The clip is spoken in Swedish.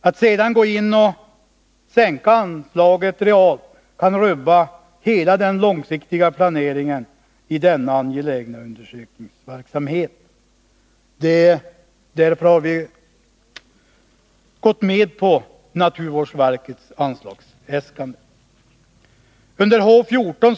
Att sedan gå in och sänka anslaget realt kan rubba hela den långsiktiga planeringen i denna angelägna undersökningsverksamhet. Därför har vi gått med på naturvårdsverkets anslagsäskande. Under H 14.